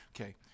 Okay